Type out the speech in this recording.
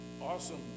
awesome